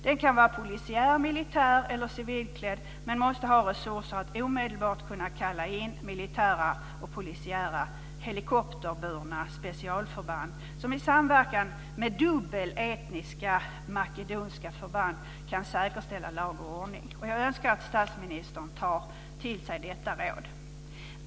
Den kan vara polisiär, militär eller civilklädd men måste ha resurser att omedelbart kunna kalla in militära och polisiära helikopterburna specialförband som i samverkan med dubbeletniska makedoniska förband kan säkerställa lag och ordning. Jag önskar att statsministern tar till sig detta råd.